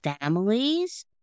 families